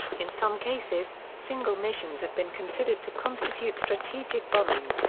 in some cases, single missions have been considered to constitute strategic bombing.